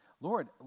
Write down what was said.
Lord